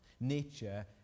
nature